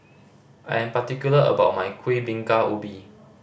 I am particular about my Kuih Bingka Ubi